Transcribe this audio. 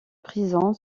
prison